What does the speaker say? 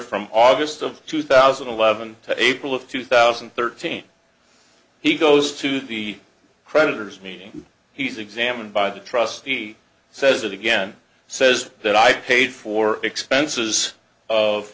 from august of two thousand and eleven to april of two thousand and thirteen he goes to the creditors meaning he's examined by the trustee says it again says that i paid for expenses of